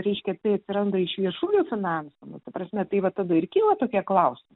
reiškia tai atsiranda iš viešųjų finansų nu ta prasme tai va tada ir kyla tokie klausimai